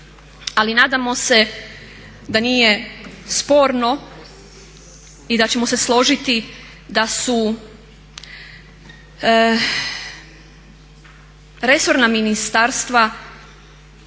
ali nadamo se da nije sporno i da ćemo se složiti da su resorna ministarstva